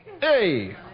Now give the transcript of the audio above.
hey